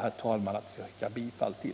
herr talman, att få yrka bifall till motionerna 232 och 254.